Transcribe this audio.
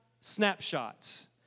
snapshots